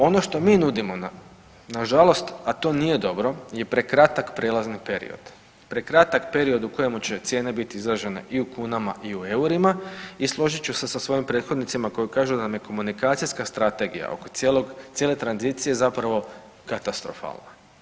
Ono što mi nudimo na žalost a to nije dobro je prekratak prijelazni period, prekratak period u kojemu će cijene biti izražene i u kunama i u eurima i složit ću se sa svojim prethodnicima koji kažu da nam je komunikacijska strategija oko cijele tranzicije zapravo katastrofalna.